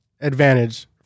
advantage